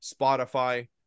Spotify